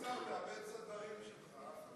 סגן השר, תאמץ את הדברים של החבר